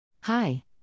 Hi